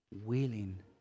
willing